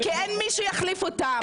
כי אין מי שיחליף אותם.